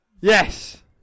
Yes